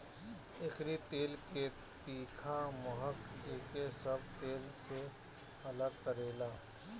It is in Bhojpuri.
एकरी तेल के तीखा महक एके सब तेल से अलग करेला